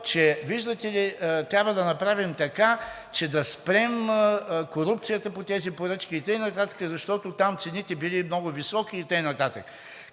че виждате ли, трябва да направим така, че да спрем корупцията по тези поръчки и така нататък, защото там цените били много високи и така